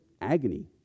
agony